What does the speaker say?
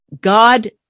God